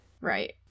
right